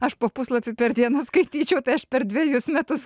aš po puslapį per dieną skaityčiau tai aš per dvejus metus